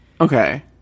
Okay